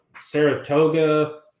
Saratoga